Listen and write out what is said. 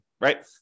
right